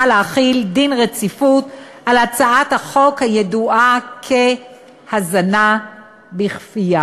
להחיל דין רציפות על הצעת החוק הידועה כהזנה בכפייה,